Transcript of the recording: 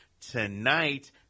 tonight